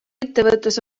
ettevõttes